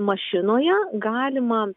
mašinoje galima